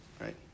right